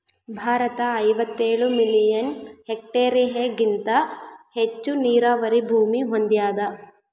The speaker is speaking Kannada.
ಭಾರತ ಐವತ್ತೇಳು ಮಿಲಿಯನ್ ಹೆಕ್ಟೇರ್ಹೆಗಿಂತ ಹೆಚ್ಚು ನೀರಾವರಿ ಭೂಮಿ ಹೊಂದ್ಯಾದ